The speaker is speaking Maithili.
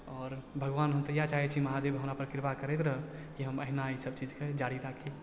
आओर भगवान हम तऽ यहए चाहै छी कि महादेव हमरा पर कृपा करैत रहए कि हम अहिना इ सब चीज के जारी राखी